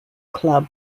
club